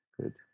good